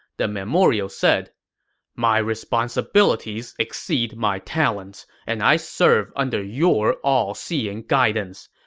the memorial said my responsibilities exceed my talents, and i serve under your all-seeing guidance.